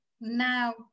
now